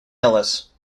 ellis